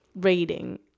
reading